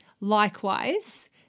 likewise